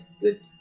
good